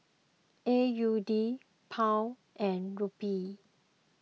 A U D Pound and Rupee